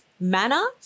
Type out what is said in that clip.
manner